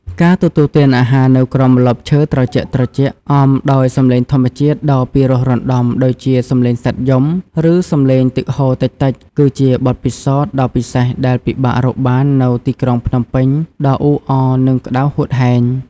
ការទទួលទានអាហារនៅក្រោមម្លប់ឈើត្រជាក់ៗ អមដោយសំឡេងធម្មជាតិដ៏ពិរោះរណ្តំដូចជាសំឡេងសត្វយំ ឬសំឡេងទឹកហូរតិចៗ គឺជាបទពិសោធន៍ដ៏ពិសេសដែលពិបាករកបាននៅទីក្រុងភ្នំពេញដ៏អ៊ូអរនិងក្តៅហួតហែង។